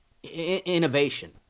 innovation